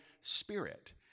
Spirit